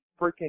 freaking